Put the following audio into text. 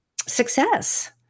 success